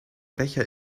becher